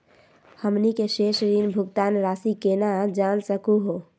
हमनी के शेष ऋण भुगतान रासी केना जान सकू हो?